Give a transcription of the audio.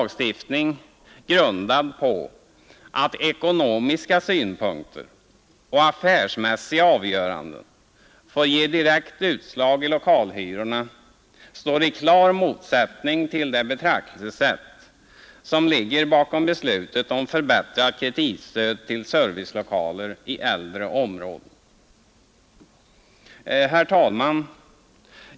grundad på att ekonomiska synpunkter och affärsmässiga avgöranden får ge direkt utslag i lokalhyrorna, står i klar motsättning till det betraktelsesätt som ligger bakom beslutet om förbättrat kreditstöd till servicelokaler i äldre områden. Herr talman!